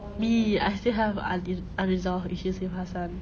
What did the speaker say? me I still have un~ unresolved issues with hassan